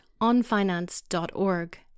onfinance.org